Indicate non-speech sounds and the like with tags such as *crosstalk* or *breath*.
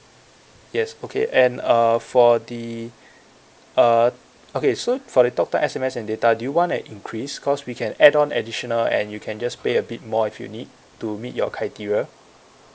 yes okay and uh for the *breath* uh okay so for the talk time S_M_S and data do you want to increase cause we can add on additional and you can just pay a bit more if you need to meet your criteria